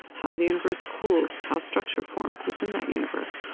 how the universe cools, how structure forms within that universe.